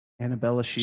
annabella